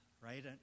Right